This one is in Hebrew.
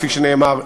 כפי שנאמר,